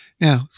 Now